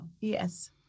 Yes